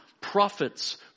prophets